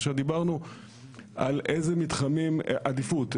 עכשיו דיברנו על עדיפות,